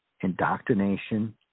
indoctrination